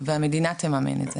והמדינה תממן את זה.